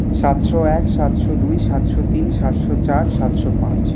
সাতশো এক সাতশো দুই সাতশো তিন সাতশো চার সাতশো পাঁচ